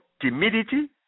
timidity